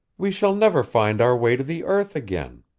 we shall never find our way to the earth again.